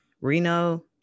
Reno